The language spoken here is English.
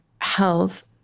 health